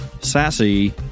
sassy